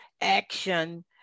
action